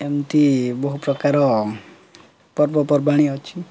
ଏମିତି ବହୁ ପ୍ରକାର ପର୍ବପର୍ବାଣି ଅଛି